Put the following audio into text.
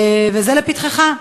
וזה לפתחך.